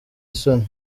isoni